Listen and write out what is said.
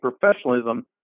professionalism